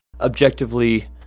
objectively